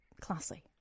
classy